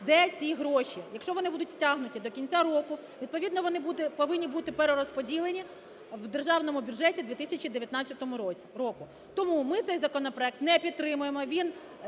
де ці гроші? Якщо вони будуть стягнути до кінця року, відповідно вони повинні бути перерозподілені в Державному бюджеті 2019 року. Тому ми цей законопроект не підтримуємо, він